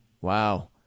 Wow